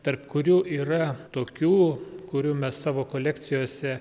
tarp kurių yra tokių kurių mes savo kolekcijose